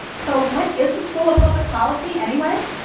so, what is a school of public policy anyway?